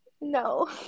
no